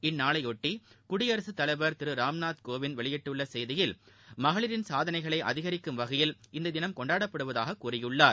இந்நாளையொட்டி குடியரசு தலைவர் திரு ராம்நாத் கோவிந்த் வெளியிட்டுள்ள செய்தியில் மகளிரின் சாதனைகளை அதிகரிக்கும் வகையில் இந்த தினம் கொண்டாடப்படுவதாகக் கூறியுள்ளார்